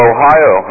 Ohio